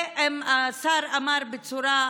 והשר אמר בצורה,